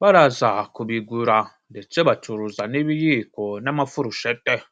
baraza kubigura, ndetse bacuruza n'ibiyiko n'amafurushete.